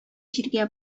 җиргә